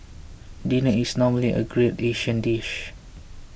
dinner is normally a great Asian dish